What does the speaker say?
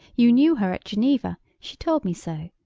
you knew her at geneva. she told me so.